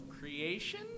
Creation